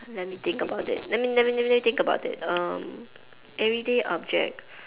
let me think about it let me let me let me think about it um everyday objects